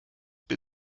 bin